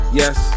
yes